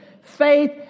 faith